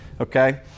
Okay